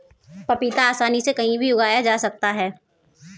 पपीता आसानी से कहीं भी उगाया जा सकता है